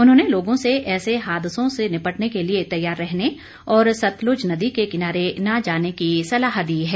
उन्होंने लोगों से ऐसे हादसों से निपटने के लिए तैयार रहने और सतलुज नदी के किनारे न जाने की सलाह दी है